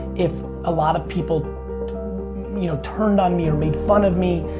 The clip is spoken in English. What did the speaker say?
if a lot of people you know turned on me or made fun of me,